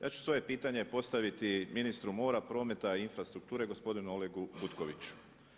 Ja ću svoje pitanje postaviti ministru mora, prometa i infrastrukture gospodinu Olegu Butkoviću.